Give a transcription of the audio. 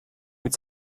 mit